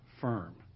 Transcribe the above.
firm